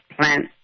plant